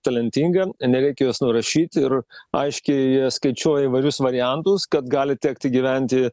talentinga nereikia jos nurašyt ir aiškiai jie skaičiuoja įvairius variantus kad gali tekti gyventi